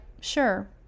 sure